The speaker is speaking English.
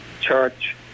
church